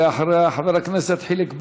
ואחריה חבר הכנסת חיליק בר.